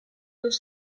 los